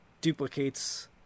duplicates